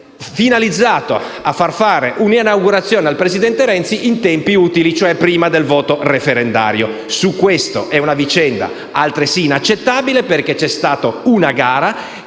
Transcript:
finalizzato a far fare un'inaugurazione al presidente Renzi in tempi utili, cioè prima del voto referendario. Questa è una vicenda altresì inaccettabile, perché c'è stata una gara